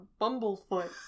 bumblefoot